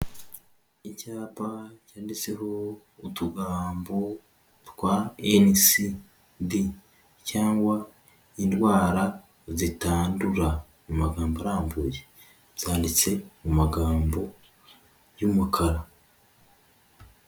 Icyapa cyanditseho utugambo twa NCD cyangwa indwara zitandura mu magambo arambuye, zanditse mu magambo y'umukara.